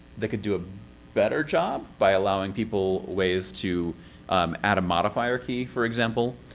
they can do a better job by allowing people ways to um add a modifier key, for example.